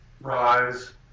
rise